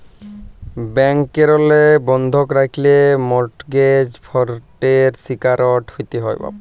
ব্যাংকেরলে বন্ধক রাখল্যে মরটগেজ ফরডের শিকারট হ্যতে হ্যয়